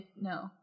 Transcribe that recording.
No